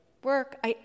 work